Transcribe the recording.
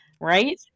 right